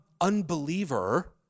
unbeliever